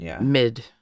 mid